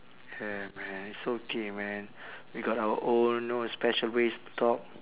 yeah man it's okay man we got our own know special ways to talk